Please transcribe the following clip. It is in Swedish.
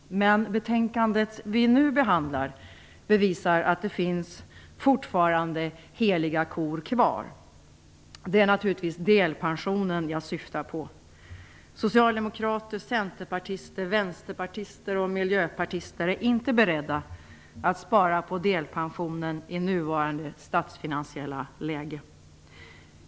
Men betänkandet vi nu behandlar bevisar att det fortfarande finns heliga kor kvar. Det är naturligtvis delpensionen jag syftar på. Socialdemokrater, centerpartister, vänsterpartister och miljöpartister är inte beredda att spara på delpensionen i nuvarande statsfinansiella läge.